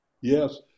yes